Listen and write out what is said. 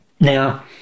Now